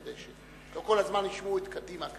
כדי שלא כל הזמן ישמעו את קדימה.